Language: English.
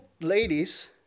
ladies